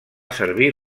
servir